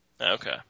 Okay